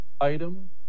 item